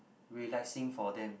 relaxing for them